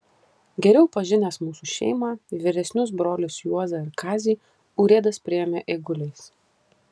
geriau pažinęs mūsų šeimą vyresnius brolius juozą ir kazį urėdas priėmė eiguliais